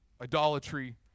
Idolatry